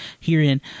herein